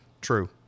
true